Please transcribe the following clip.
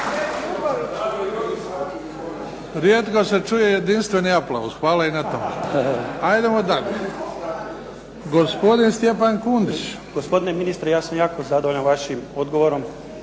Rijetko se čuje i jedinstveni aplauz. Hvala i na tome. Idemo dalje. Gospodin Stjepan Kundić. **Kundić, Stjepan (HDZ)** Gospodine ministre, ja sam jako zadovoljan vašim odgovorom